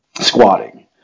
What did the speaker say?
squatting